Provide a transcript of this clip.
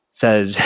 Says